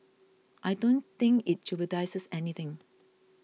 I don't think it jeopardises anything